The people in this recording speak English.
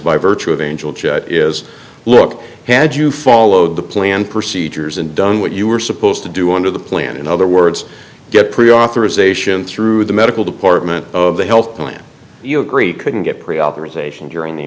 by virtue of angel is look had you followed the plan procedures and done what you were supposed to do under the plan in other words get pre authorization through the medical department of the health plan you agree couldn't get pre authorization during the